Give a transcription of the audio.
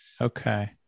okay